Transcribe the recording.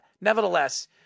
nevertheless